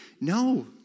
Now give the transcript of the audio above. No